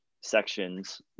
sections